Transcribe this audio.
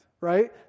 right